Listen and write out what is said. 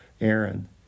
Aaron